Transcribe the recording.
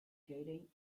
getting